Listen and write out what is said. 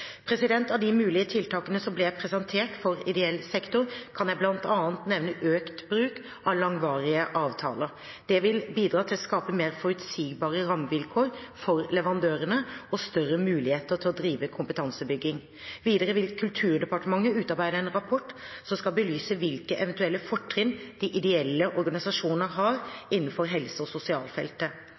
Av de mulige tiltakene som ble presentert for ideell sektor, kan jeg bl.a. nevne økt bruk av langvarige avtaler. Det vil bidra til å skape mer forutsigbare rammevilkår for leverandørene og større muligheter til å drive kompetansebygging. Videre vil Kulturdepartementet utarbeide en rapport som skal belyse hvilke eventuelle fortrinn de ideelle organisasjonene har innenfor helse- og sosialfeltet.